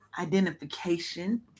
identification